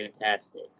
fantastic